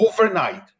overnight